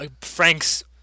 Frank's